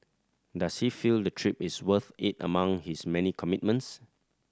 does he feel the trip is worth it among his many commitments